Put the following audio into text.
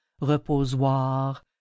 reposoir